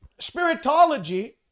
spiritology